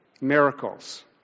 miracles